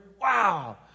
Wow